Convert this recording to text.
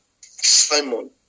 Simon